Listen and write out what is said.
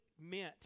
meant